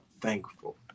thankful